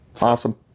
Awesome